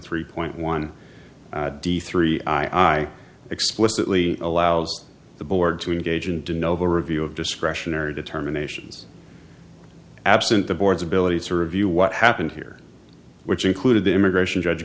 three point one three i explicitly allows the board to engage in to novo review of discretionary determinations absent the board's ability to review what happened here which included the immigration judge